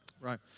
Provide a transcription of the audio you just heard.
Right